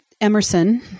Emerson